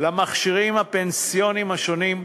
למכשירים הפנסיוניים השונים,